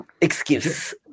excuse